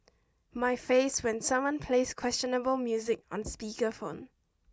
my face when someone plays questionable music on speaker phone